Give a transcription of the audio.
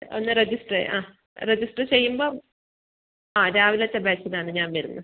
ഒന്ന് രജിസ്റ്ററ് ആ രജിസ്റ്റർ ചെയ്യുമ്പോൾ ആ രാവിലത്തെ ബാച്ചിൽ ആണ് ഞാൻ വരുന്നത്